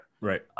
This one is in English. right